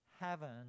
heaven